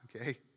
okay